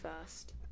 first